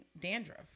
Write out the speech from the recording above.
dandruff